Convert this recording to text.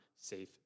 safe